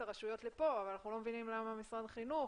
הרשויות לכאן אבל אנחנו לא מבינים למה משרד החינוך,